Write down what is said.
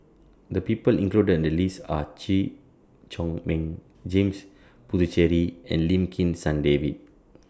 The People included in The list Are Chew Chor Meng James Puthucheary and Lim Kim San David